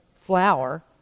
flour